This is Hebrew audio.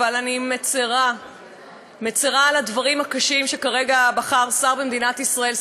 אבל אני מצרה על הדברים הקשים שכרגע שר במדינת ישראל,